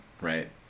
right